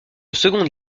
seconde